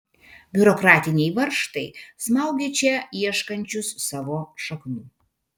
biurokratiniai varžtai smaugia čia ieškančius savo šaknų